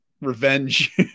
revenge